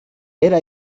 era